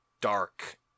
dark